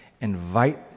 Invite